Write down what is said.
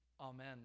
Amen